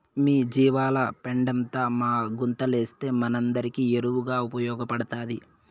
మీ జీవాల పెండంతా మా గుంతలేస్తే మనందరికీ ఎరువుగా ఉపయోగపడతాది